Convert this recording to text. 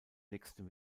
nächsten